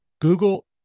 Google